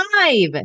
five